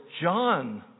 John